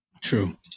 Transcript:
True